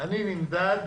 אני נמדד